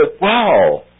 wow